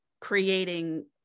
creating